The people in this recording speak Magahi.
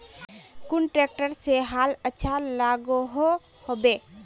कुन ट्रैक्टर से हाल अच्छा लागोहो होबे?